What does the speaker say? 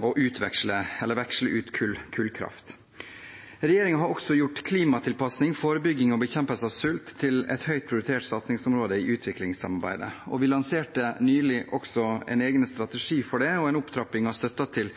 å veksle ut kullkraft. Regjeringen har også gjort klimatilpasning, forebygging og bekjempelse av sult til et høyt prioritert satsingsområde i utviklingssamarbeidet. Vi lanserte nylig en egen strategi for det og en opptrapping av støtten til